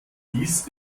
dies